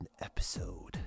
Episode